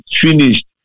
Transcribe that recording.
finished